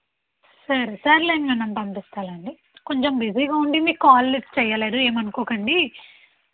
సరే సర్లెండి నేను పంపిస్తాలెండి కొంచెం బిజీగా ఉండి మీ కాల్ లిఫ్ట్ చేయలేదు ఏమనుకోకండి